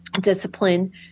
discipline